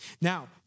Now